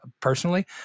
personally